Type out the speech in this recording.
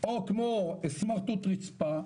או כמו "סמרטוט רצפה"